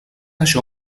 això